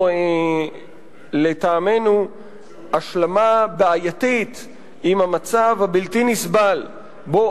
לטעמנו זו השלמה בעייתית עם המצב הבלתי-נסבל שבו